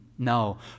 No